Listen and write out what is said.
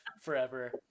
forever